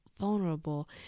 vulnerable